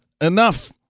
Enough